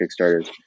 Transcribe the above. kickstarters